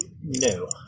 no